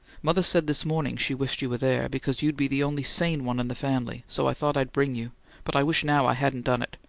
mother said this morning she wished you were there, because you'd be the only sane one in the family, so i thought i'd bring you but i wish now i hadn't done it,